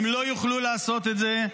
הן לא יוכלו לעשות את זה.